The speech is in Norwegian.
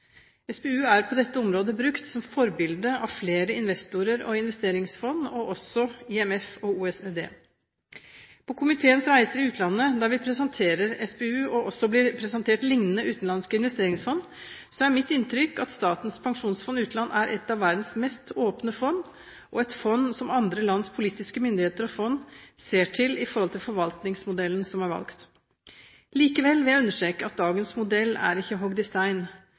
SPU er på dette området brukt som et forbilde av flere investorer og investeringsfond, også av IMF og OECD. På komiteens reiser i utlandet der vi presenterer SPU og blir presentert for liknende utenlandske investeringsfond, er mitt inntrykk at Statens pensjonsfond utland er et av verdens mest åpne fond og et fond som andre lands politiske myndigheter og fond ser til når det gjelder forvaltningsmodellen som er valgt. Likevel vil jeg understreke at dagens modell ikke er